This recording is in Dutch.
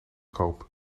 koop